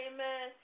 Amen